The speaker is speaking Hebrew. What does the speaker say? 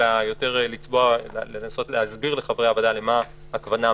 אלא יותר לנסות להסביר לחברי הוועדה למה הכוונה,